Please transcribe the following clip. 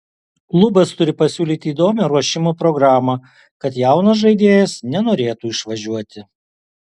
klubas turi pasiūlyti įdomią ruošimo programą kad jaunas žaidėjas nenorėtų išvažiuoti